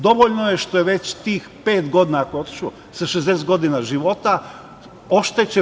Dovoljno je što je već tih pet godina, ako je otišao sa 60 godina života, oštećen.